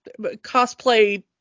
cosplay